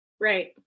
Right